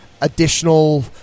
additional